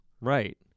Right